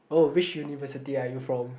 oh which university are you from